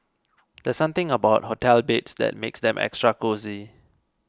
there's something about hotel beds that makes them extra cosy